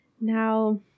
Now